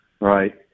right